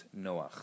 Noach